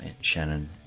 Shannon